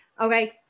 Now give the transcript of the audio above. Okay